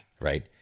right